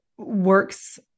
Works